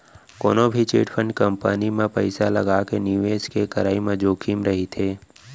कोनो भी chit fund company म पइसा लगाके निवेस के करई म जोखिम रहिथे